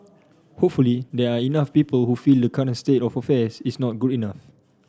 hopefully there are enough people who feel the current state of affairs is not good enough